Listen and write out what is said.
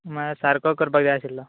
मागीर सारको करपाक जाय आशिल्लो